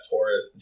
Taurus